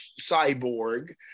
Cyborg